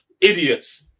Idiots